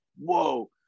whoa